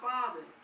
Father